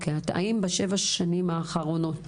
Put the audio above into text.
האם לאורך שבע השנים האחרונות